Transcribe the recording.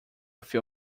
few